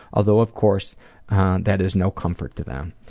although of course that is no comfort to them.